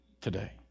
today